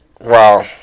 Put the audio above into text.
Wow